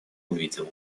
увидел